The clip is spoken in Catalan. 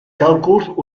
càlculs